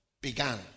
began